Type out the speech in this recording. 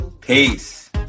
Peace